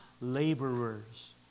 laborers